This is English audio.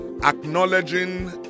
acknowledging